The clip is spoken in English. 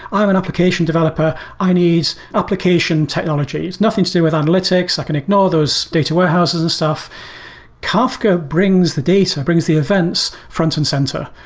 i'm an application developer. i need application technologies. nothing to do with analytics. i can ignore those data warehouses and stuff kafka brings the data, brings the events front and center.